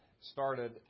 started